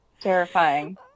Terrifying